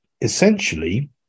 essentially